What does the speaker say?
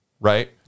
Right